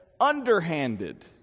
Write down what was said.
underhanded